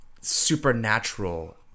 supernatural